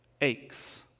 aches